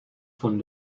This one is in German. von